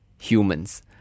humans